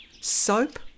soap